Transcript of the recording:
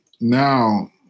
now